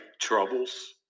Troubles